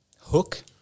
Hook